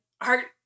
art